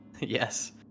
Yes